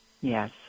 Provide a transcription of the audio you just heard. Yes